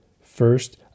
First